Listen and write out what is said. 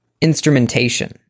instrumentation